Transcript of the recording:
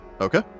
Okay